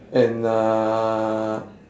and uh